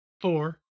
four